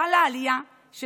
חלה עלייה של